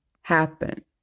happen